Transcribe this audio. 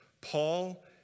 Paul